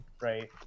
right